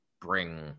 bring